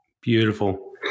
Beautiful